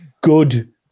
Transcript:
good